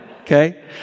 okay